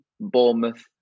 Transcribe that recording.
Bournemouth